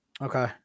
Okay